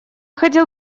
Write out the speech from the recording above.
хотел